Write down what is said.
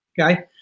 okay